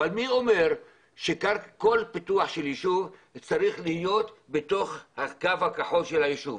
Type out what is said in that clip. אבל מי אומר שכל פיתוח של יישוב צריך להיות בתוך הקו הכחול של היישוב?